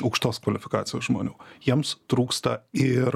aukštos kvalifikacijos žmonių jiems trūksta ir